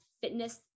fitness